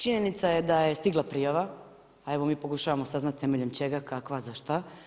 Činjenica je da je stigla prijava a evo mi pokušavamo saznati temeljem čega, kakva, za šta.